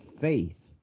faith